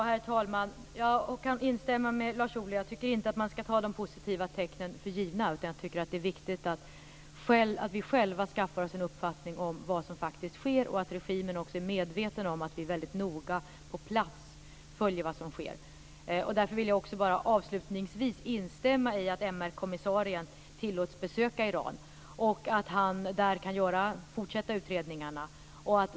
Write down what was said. Herr talman! Jag kan instämma med Lars Ohly. Jag tycker inte att man skall ta de positiva tecknen för givna, utan vi skall själva skaffa oss en uppfattning om vad som faktiskt sker och se till att regimen också är medveten om att vi noga på plats följer vad som sker. Avslutningsvis vill jag instämma i att MR kommissarien bör tillåtas besöka Iran och där kunna fortsätta utredningarna.